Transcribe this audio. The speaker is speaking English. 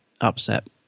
upset